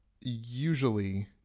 usually